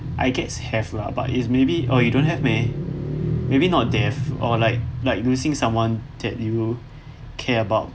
I guess have lah but is maybe oh you don't have meh maybe not death or like like losing someone that you care about